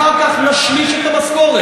אחר כך נשלש את המשכורת,